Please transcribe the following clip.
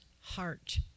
heart